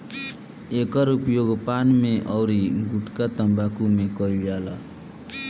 एकर उपयोग पान में अउरी गुठका तम्बाकू में कईल जाला